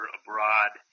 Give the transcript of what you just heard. abroad